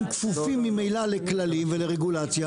הם כפופים ממילא לכללים ולרגולציה.